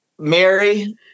Mary